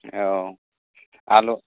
औ आलु